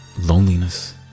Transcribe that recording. loneliness